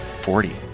Forty